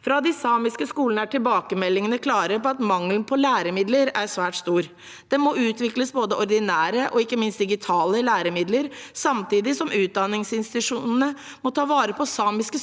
Fra de samiske skolene er tilbakemeldingene klare på at mangelen på læremidler er svært stor. Det må utvikles både ordinære og ikke minst digitale læremidler samtidig som utdanningsinstitusjonene må ta vare på samiske